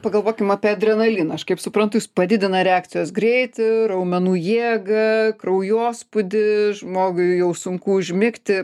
pagalvokim apie adrenaliną aš kaip suprantu jis padidina reakcijos greitį raumenų jėgą kraujospūdį žmogui jau sunku užmigti